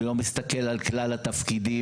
אני לא מסתכל על כלל התפקידים.